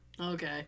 Okay